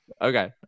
okay